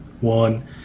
one